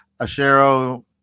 Ashero